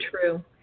true